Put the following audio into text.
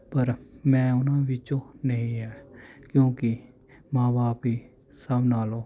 ਪਰ ਮੈਂ ਉਨ੍ਹਾਂ ਵਿੱਚੋਂ ਨਹੀਂ ਹੈ ਕਿਉਂਕਿ ਮਾਂ ਬਾਪ ਹੀ ਸਭ ਨਾਲੋਂ